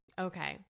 okay